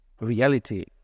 reality